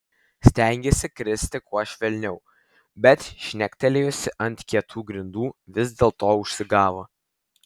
stengėsi kristi kuo švelniau bet žnektelėjusi ant kietų grindų vis dėlto užsigavo